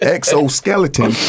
Exoskeleton